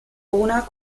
una